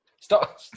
Stop